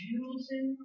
using